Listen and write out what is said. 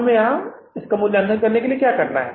इसलिए इसका मूल्यांकन करने के लिए हमें यहाँ क्या करना है